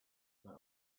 that